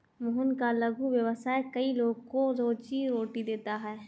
मोहन का लघु व्यवसाय कई लोगों को रोजीरोटी देता है